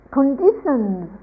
conditions